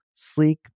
sleek